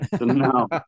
no